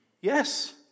Yes